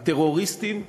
הטרוריסטים,